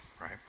right